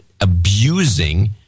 abusing